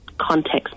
Context